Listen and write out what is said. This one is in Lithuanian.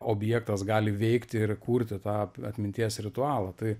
objektas gali veikti ir kurti tą atminties ritualą tai